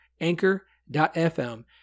anchor.fm